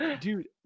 Dude